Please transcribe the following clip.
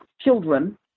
children